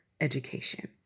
education